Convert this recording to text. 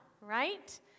right